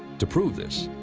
to prove this,